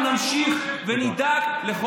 אנחנו נמשיך ונדאג, תודה.